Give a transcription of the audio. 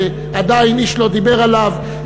שעדיין איש לא דיבר עליו,